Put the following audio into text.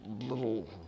little